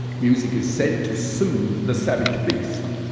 music is said to soothe the savaged beast,